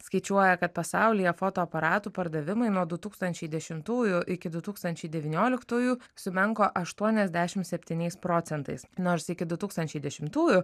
skaičiuoja kad pasaulyje fotoaparatų pardavimai nuo du tūkstančiai dešimtųjų iki du tūkstančiai devynioliktųjų sumenko aštuoniasdešimt septyniais procentais nors iki du tūkstančiai dešimtųjų